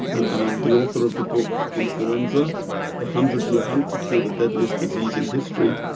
and i'm the author of the book influenza the hundred year hunt to cure the deadliest disease in history.